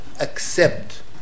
accept